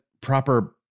proper